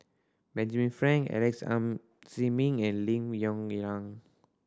Benjamin Frank Alex Ziming and Lim Yong Liang